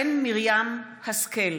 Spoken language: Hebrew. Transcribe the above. שרן מרים השכל,